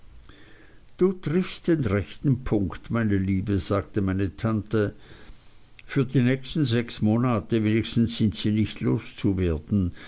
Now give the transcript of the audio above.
du triffst den rechten punkt meine liebe sagte meine tante für die nächsten sechs monate wenigstens sind sie nicht loszuwerden